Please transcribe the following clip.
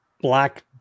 black